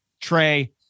Trey